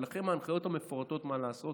ולכן ההנחיות מפורטות מה לעשות